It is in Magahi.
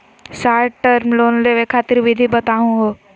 शार्ट टर्म लोन लेवे खातीर विधि बताहु हो?